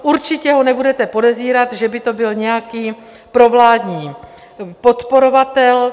Určitě ho nebudete podezírat, že by to byl nějaký provládní podporovatel.